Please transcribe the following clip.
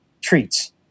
treats